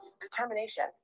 determination